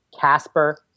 Casper